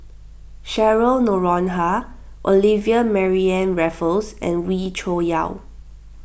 Cheryl Noronha Olivia Mariamne Raffles and Wee Cho Yaw